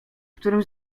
którym